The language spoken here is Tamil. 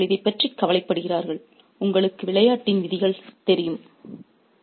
எனவே அவர்கள் இதைப் பற்றி கவலைப்படுகிறார்கள் உங்களுக்கு விளையாட்டின் விதிகள் தெரியும்